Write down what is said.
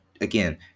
again